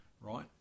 Right